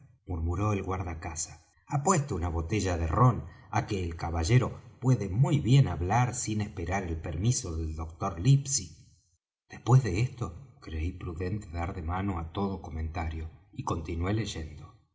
hacerlo murmuró el guarda caza apuesto una botella de rom á que el caballero puede muy bien hablar sin esperar el permiso del dr livesey después de esto creí prudente dar de mano á todo comentario y continué leyendo